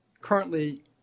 currently